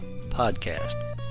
podcast